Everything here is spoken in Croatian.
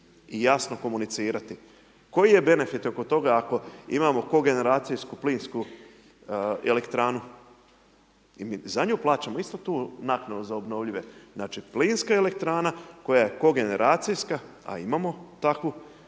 i jasno komunicirati. Koji je benefit oko toga ako imamo kogeneracijsku plinsku elektranu? I mi za nju plaćamo isto tu naknadu za obnovljive, znači plinska elektrana koja je kogeneracijska a imamo takvu,